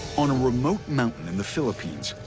on a remote mountain in the philippines,